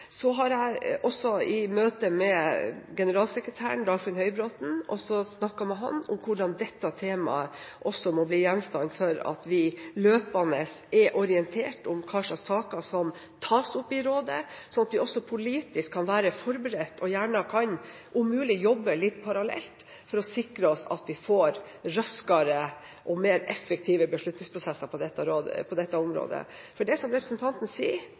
Så har jeg i møte med generalsekretæren, Dagfinn Høybråten, snakket om hvordan dette temaet også må bli gjenstand for løpende orientering om hva slags saker som tas opp i rådet, slik at vi også politisk kan være forberedt og gjerne kan – om mulig – jobbe litt parallelt for å sikre oss at vi får raskere og mer effektive beslutningsprosesser på dette området. For det er som representanten sier,